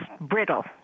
brittle